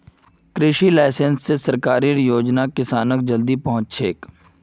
कृषि लाइसेंस स सरकारेर योजना किसानक जल्दी पहुंचछेक